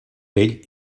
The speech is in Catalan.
pell